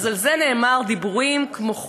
אז על זה נאמר: דיבורים כמו חול.